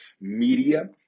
media